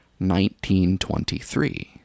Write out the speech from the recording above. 1923